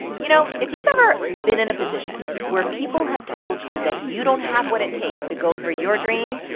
you know, if you've ever been in a position where people have told you that you don't have what it takes to go for your dreams,